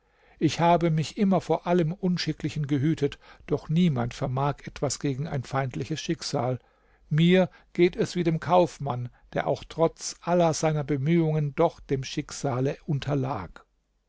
ich habe mich immer vor allem unschicklichen gehütet doch niemand vermag etwas gegen ein feindliches schicksal mir geht es wie dem kaufmann der auch trotz aller seiner bemühungen doch dem schicksale unterlag